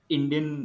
Indian